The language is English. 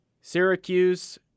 Syracuse